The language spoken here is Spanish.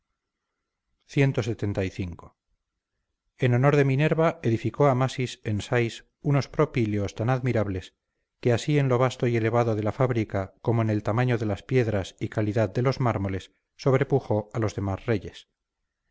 declaraciones clxxv en honor de minerva edificó amasis en sais unos propíleos tan admirables que así en lo vasto y elevado de la fábrica como en el tamaño de las piedras y calidad de los mármoles sobrepujó a los demás reyes